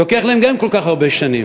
לוקח גם להם כל כך הרבה שנים.